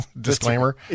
disclaimer